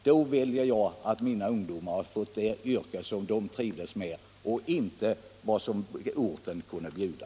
Då väljer jag att ge mina ungdomar ett yrke som de trivs med och inte vad orten kan bjuda.